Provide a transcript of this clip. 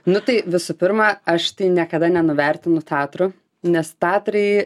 nu tai visų pirma aš niekada nenuvertinu tatrų nes tatrai